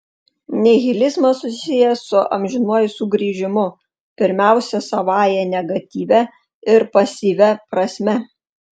nihilizmas susijęs su amžinuoju sugrįžimu pirmiausia savąja negatyvia ir pasyvia prasme